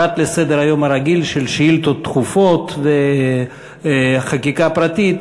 פרט לסדר-היום הרגיל של שאילתות דחופות וחקיקה פרטית,